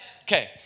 Okay